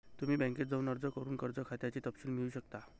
तुम्ही बँकेत जाऊन अर्ज करून कर्ज खात्याचे तपशील मिळवू शकता